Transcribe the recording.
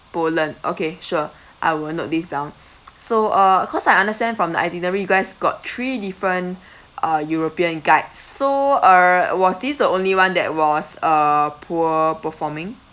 poland okay sure I will note this down so uh cause I understand from the itinerary you guys got three different uh european guide so err was this the only one that was uh poor performing